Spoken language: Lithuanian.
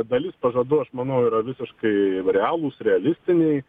dalis pažadų aš manau yra visiškai realūs realistiniai